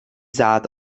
saat